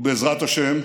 ובעזרת השם,